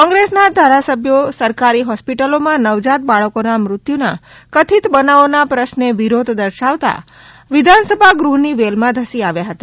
કોન્ગ્રેસ નાધારાસભ્યો સરકારી હોસ્પિટલોમાં નવજાત બાળકોના મૃત્યુના કથિત બનાવોના પ્રશ્ને વિરોધદર્શાવતા વિધાનસભા ગૃહ્ની વેલમાં ધસી આવ્યા હતા